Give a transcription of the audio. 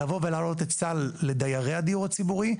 לבוא ולהעלות את הסל לדיירי הדיור הציבורי לדיירי הדיור הציבורי,